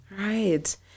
Right